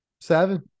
Seven